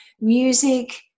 music